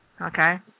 Okay